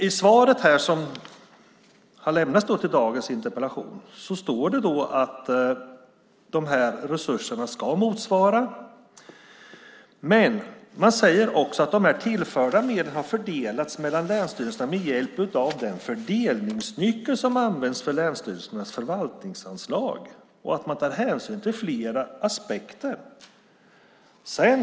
I svaret som har lämnats på dagens interpellation står det att dessa resurser ska motsvara de tidigare, men man säger också att de tillförda medlen har fördelats mellan länsstyrelserna med hjälp av den fördelningsnyckel som används för länsstyrelsernas förvaltningsanslag och att man tar hänsyn till flera aspekter.